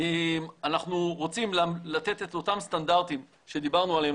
אנחנו רוצים לתת את אותם סטנדרטים שדיברנו עליהם,